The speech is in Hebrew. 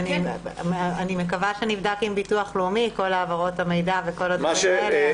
אני מקווה שנבדק עם ביטוח לאומי כל העברות המידע וכל הדברים האלה.